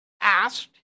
asked